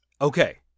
okay